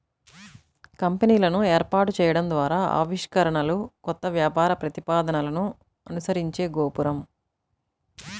కంపెనీలను ఏర్పాటు చేయడం ద్వారా ఆవిష్కరణలు, కొత్త వ్యాపార ప్రతిపాదనలను అనుసరించే గోపురం